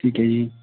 ਠੀਕ ਐ ਜੀ